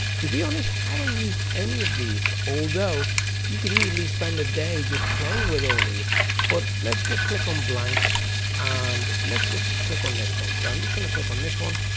to be honest i don't use any of these although you could easily spend a day just playing with all these but let's just click on blank and let's just click on this one so i'm just gonna click on this one.